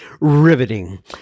riveting